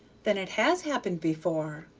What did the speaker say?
then it has happened before?